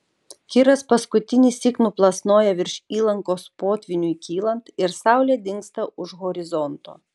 kiras paskutinįsyk nuplasnoja virš įlankos potvyniui kylant ir saulė dingsta už horizonto